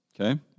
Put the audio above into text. Okay